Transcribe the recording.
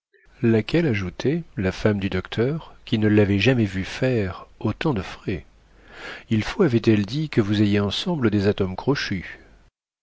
la femme du docteur qui ne l'avait jamais vue faire autant de frais que vous ayez ensemble des atomes crochus